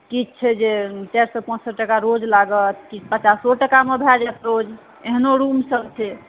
किछु छै जे चारि सए पाँच सए टका रोज लागत किछु पचासो टकामे भए जाएत रोज एहनो रुम सब छै